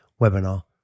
webinar